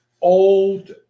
old